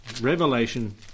Revelation